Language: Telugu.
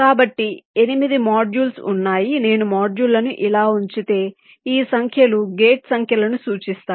కాబట్టి 8 మోడ్యూల్స్ ఉన్నాయి నేను మాడ్యూళ్ళను ఇలా ఉంచితే ఈ సంఖ్యలు గేట్ సంఖ్యలను సూచిస్తాయి